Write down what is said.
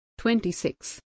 26